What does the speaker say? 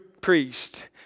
priest